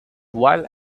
while